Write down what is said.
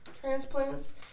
transplants